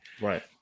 Right